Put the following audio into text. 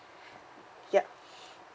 yup